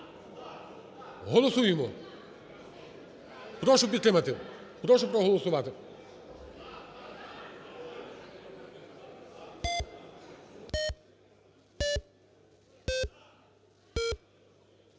Голосуємо! Прошу підтримати. Прошу проголосувати.